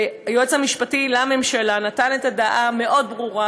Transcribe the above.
והיועץ המשפטי לממשלה נתן את הדעה המאוד-ברורה